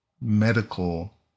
medical